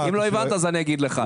אז אני אגיד לך.